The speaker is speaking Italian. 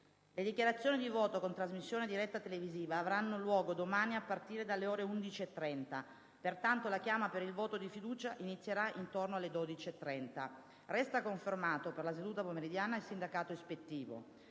Le dichiarazioni di voto, con trasmissione diretta televisiva, avranno luogo domani a partire dalle ore 11,30. Pertanto, la chiama per il voto di fiducia inizierà intorno alle ore 12,30. Resta confermato per la seduta pomeridiana il sindacato ispettivo.